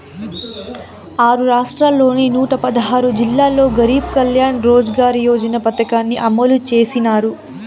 ఆరు రాష్ట్రాల్లోని నూట పదహారు జిల్లాల్లో గరీబ్ కళ్యాణ్ రోజ్గార్ యోజన పథకాన్ని అమలు చేసినారు